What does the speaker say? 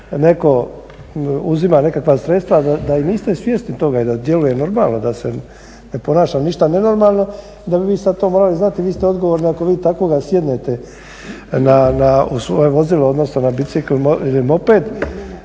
netko uzima nekakva sredstva, a da i niste svjesni toga i da djeluje normalno, da se ne ponaša ništa nenormalno da bi vi sad to morali znati. Vi ste odgovorni ako vi takvoga sjednete u svoje vozilo, odnosno na bicikl ili moped.